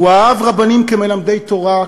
הוא אהב רבנים כמלמדי תורה,